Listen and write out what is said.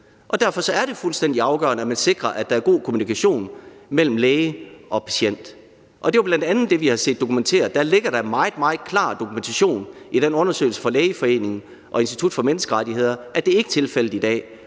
derfor er det fuldstændig afgørende, at man sikrer, at der er god kommunikation mellem læge og patient, og det er jo bl.a. det, vi har set dokumenteret. Der ligger en meget, meget klar dokumentation i den undersøgelse fra Lægeforeningen og Institut for Menneskerettigheder for, at det ikke er tilfældet i dag,